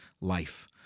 life